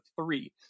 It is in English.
three